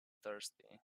thirsty